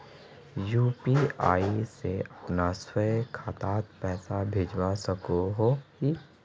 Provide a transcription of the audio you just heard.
UPI से अपना स्वयं खातात पैसा भेजवा सकोहो ही?